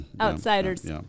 Outsiders